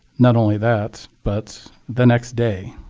not only that, but the next day,